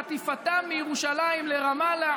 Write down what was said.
חטיפתם מירושלים לרמאללה,